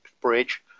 bridge